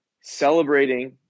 Celebrating